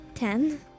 Ten